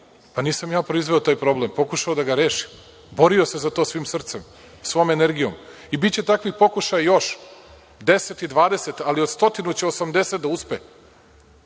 Pa, nisam ja proizveo taj problem, pokušao da ga rešim, borio se za to svim srcem, svom energijom. I, biće takvih pokušaja još, deset i dvadeset, ali od stotinu osamdeset će da uspe.